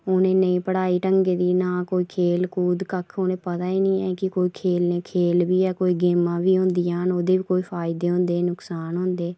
उनें ना कोई पढ़ाई ढंगै दी ना कोई खेल कूद कक्ख पता ई नी ऐ कि कोई खेलने खेल बी ऐ गेमां बी होंदियां ओह्दे बी कोई फायदे होंदे नुक्सान हुंदे